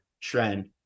trend